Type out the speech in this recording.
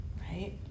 Right